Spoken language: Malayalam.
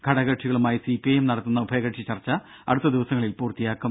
ഘടക കക്ഷികളുമായി സി പി ഐ എം നടത്തുന്ന ഉഭയകക്ഷി ചർച്ച അടുത്ത ദിവസങ്ങളിൽ പൂർത്തിയാക്കും